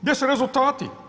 Gdje su rezultati?